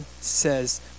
says